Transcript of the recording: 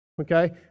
okay